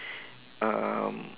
um